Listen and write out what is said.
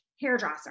hairdresser